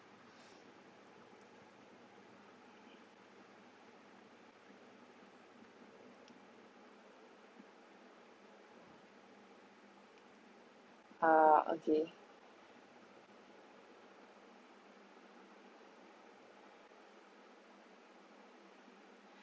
uh okay